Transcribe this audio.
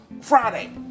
Friday